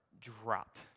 dropped